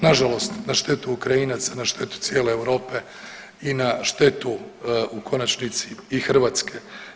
Na žalost na štetu Ukrajinaca, na štetu cijele Europe i na štetu u konačnici i Hrvatske.